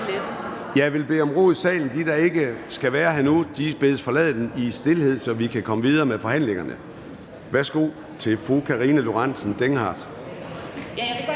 Jeg må bede om ro i salen. De, der ikke skal være i salen nu, bedes forlade den i stilhed, så vi kan komme videre med forhandlingerne. Værsgo til fru Karina Lorentzen Dehnhardt.